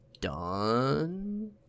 done